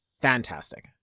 fantastic